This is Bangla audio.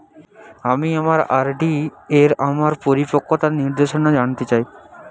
আমি আমার আর.ডি এর আমার পরিপক্কতার নির্দেশনা জানতে চাই